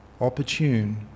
opportune